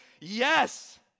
yes